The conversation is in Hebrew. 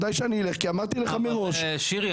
כי אמרתי לך מראש --- חבר הכנסת שירי,